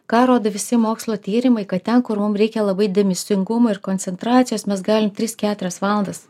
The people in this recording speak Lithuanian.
ką rodo visi mokslo tyrimai kad ten kur mum reikia labai dėmesingumo ir koncentracijos mes galim tris keturias valandas